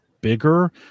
Bigger